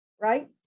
right